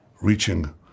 reaching